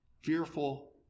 fearful